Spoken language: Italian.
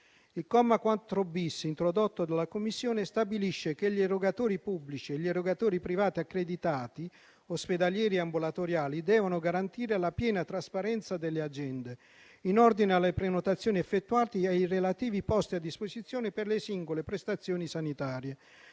Il comma 4-*bis*, introdotto dalla Commissione, stabilisce che gli erogatori pubblici e gli erogatori privati accreditati, ospedalieri e ambulatoriali, debbano garantire la piena trasparenza delle agende in ordine alle prenotazioni effettuate e ai relativi posti a disposizione per le singole prestazioni sanitarie.